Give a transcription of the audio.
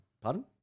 Pardon